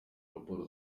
raporo